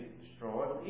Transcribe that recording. destroyed